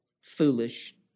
foolish